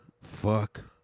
fuck